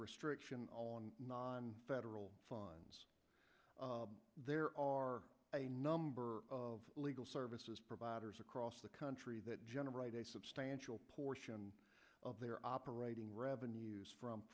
restriction on non federal funds there are a number of legal services orders across the country that generate a substantial portion of their operating revenues from